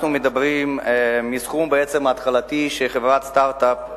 אנחנו מדברים על סכום התחלתי של חברת סטארט-אפ,